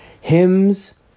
Hymns